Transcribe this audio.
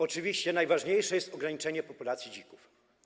Oczywiście najważniejsze jest ograniczenie populacji dzików.